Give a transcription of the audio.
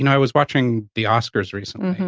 and i was watching the oscars recently,